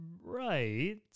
right